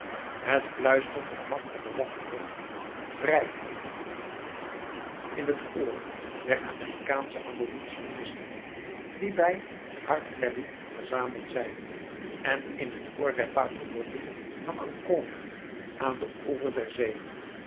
het fluistert het machtige wachtwoord vrijheid in het oor der amerikaansche abolitionisten die bij harpers ferry verzameld zijn en in het oor der patriotten van ancona aan den oever der zee